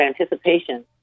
anticipation